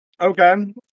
Okay